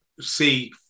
see